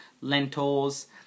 lentils